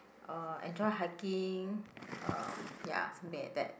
uh enjoy hiking um ya something like that